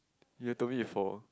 you have told me before